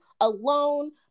alone